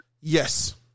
Yes